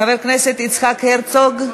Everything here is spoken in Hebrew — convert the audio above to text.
חבר הכנסת יצחק הרצוג,